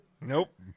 Nope